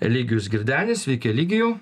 eligijus girdenis sveiki eligijau